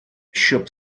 щоб